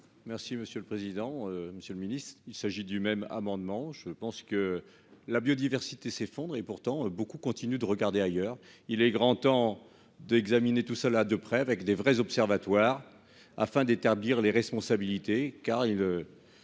Merci monsieur le président, Monsieur le Ministre, il s'agit du même amendement, je pense que la biodiversité s'effondre et pourtant beaucoup continuent de regarder ailleurs, il est grand temps d'examiner tout cela de près avec des vrais observatoire afin d'établir les responsabilités car il